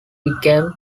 became